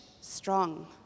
strong